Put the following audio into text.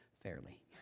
fairly